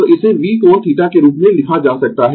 तो इसे V कोण θ के रूप में लिखा जा सकता है